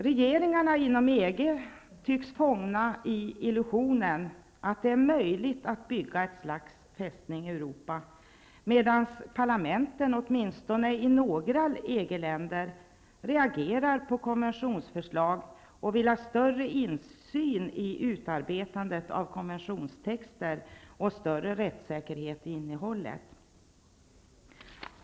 Regeringarna inom EG tycks fångna i illusionen att det är möjligt att bygga ett slags Fästning Europa, medan parlamenten åtminstone i några EG-länder reagerar på konventionsförslag och vill ha större insyn i utarbetandet av konventionstexter och större rättssäkerhet i innehållet.